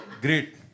great